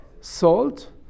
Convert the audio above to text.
salt